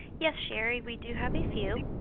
yes sherri, we do have a few.